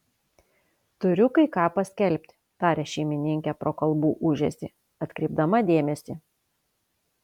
turiu kai ką paskelbti tarė šeimininkė pro kalbų ūžesį atkreipdama dėmesį